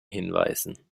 hinweisen